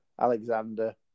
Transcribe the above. Alexander